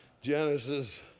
Genesis